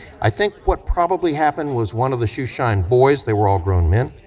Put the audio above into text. i think what probably happened was one of the shoeshine boys, they were all grown men,